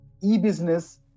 e-business